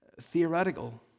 theoretical